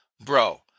bro